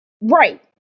right